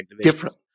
Different